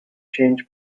change